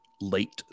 late